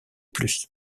plus